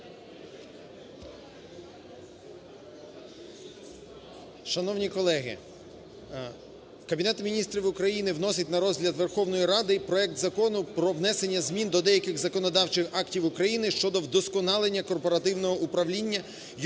Шановні колеги! Кабінет Міністрів України вносить на розгляд Верховної Ради проект Закону про внесення змін до деяких законодавчих актів України щодо вдосконалення корпоративного управління юридичного осіб,